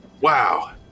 wow